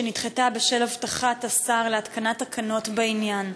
והיא נדחתה בשל הבטחת השר להתקנת תקנות בעניין.